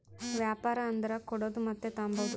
ವ್ಯಾಪಾರ ಅಂದರ ಕೊಡೋದು ಮತ್ತೆ ತಾಂಬದು